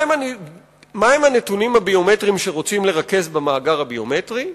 מה הם הנתונים הביומטריים שרוצים לרכז במאגר הביומטרי?